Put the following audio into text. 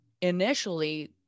initially